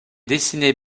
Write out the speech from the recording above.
dessiné